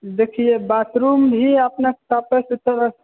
देखियौ बाथरूम भी अपने साफे सुथरा